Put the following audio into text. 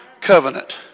covenant